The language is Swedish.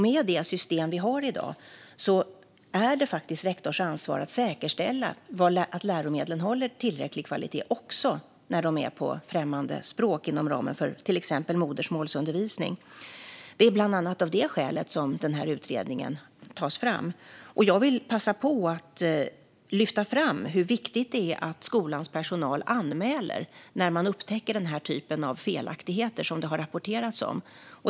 Med det system som finns i dag är det faktiskt rektors ansvar att säkerställa att läromedlen håller tillräcklig kvalitet också när de är på främmande språk, inom ramen för till exempel modersmålsundervisning. Det är bland annat av det skälet som utredningen tagits fram. Jag vill passa på att lyfta fram hur viktigt det är att skolans personal anmäler när man upptäcker den typen av felaktigheter som det har rapporterats om.